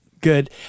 Good